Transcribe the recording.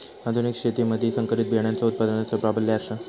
आधुनिक शेतीमधि संकरित बियाणांचो उत्पादनाचो प्राबल्य आसा